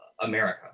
America